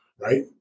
right